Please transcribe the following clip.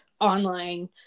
online